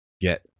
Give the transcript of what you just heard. get